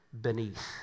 beneath